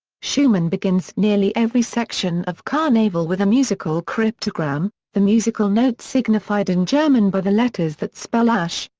schumann begins nearly every section of carnaval with a musical cryptogram, the musical notes signified in german by the letters that spell asch,